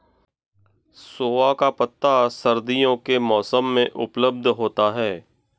सोआ का पत्ता सर्दियों के मौसम में उपलब्ध होता है